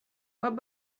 what